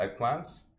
eggplants